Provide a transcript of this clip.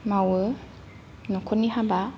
मावो नख'रनि हाबा